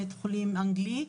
בית חולים אנגלי,